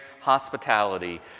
hospitality